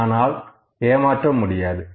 ஆனால் ஏமாற்ற முடியாது